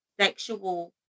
sexual